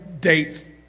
dates